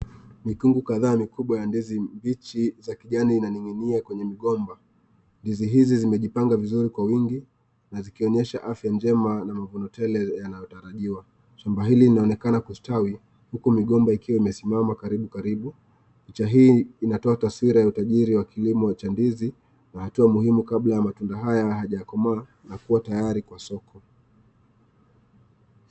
Nikungu kadhaa mikubwa ya ndizi mbichi za kijani inaning'inia kwenye migomba. Ndizi hizi zimejipanga vizuri kwa wingi na zikionyesha afya njema na mavuno tele yanayotarajiwa. Shamba hili linaonekana kustawi huku migomba ikiwa imesimama karibu karibu. Picha hii inatoa taswira ya utajiri wa kilimo cha ndizi na hatua muhimu kabla ya matunda haya hayajakomaa na kuwa tayari kwa soko.